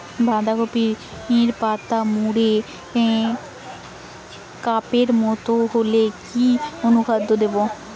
বাঁধাকপির পাতা মুড়ে কাপের মতো হলে কি অনুখাদ্য দেবো?